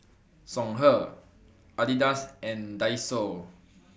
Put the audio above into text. Songhe Adidas and Daiso